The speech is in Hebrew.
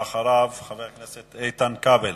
ואחריו, חבר הכנסת איתן כבל.